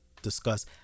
discuss